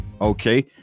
okay